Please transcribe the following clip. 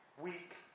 weak